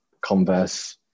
Converse